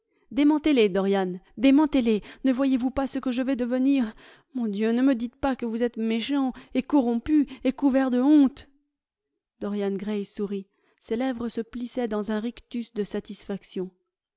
dorian démentez les ne voyez vous pas ce que je vais devenir mon dieu ne me dites pas que vous êtes méchant et corrompu et couvert de honte dorian gray sourit ses lèvres se plissaient dans un rictus de satisfaction